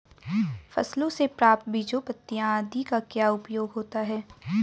फसलों से प्राप्त बीजों पत्तियों आदि का क्या उपयोग होता है?